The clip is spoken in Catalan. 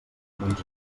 doncs